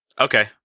Okay